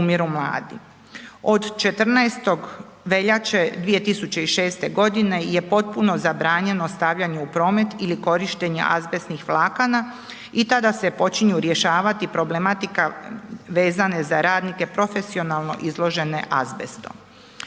Od 14. veljače 2006. g. je potpuno zabranjeno stavljanje u promet ili korištenje azbestnih vlakana i tada se počinju rješavati problematika vezane za radnike profesionalno izložene azbestom.